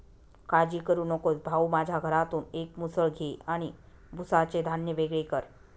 काळजी करू नकोस भाऊ, माझ्या घरातून एक मुसळ घे आणि भुसाचे धान्य वेगळे कर